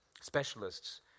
specialists